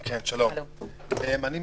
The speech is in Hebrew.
בבקשה.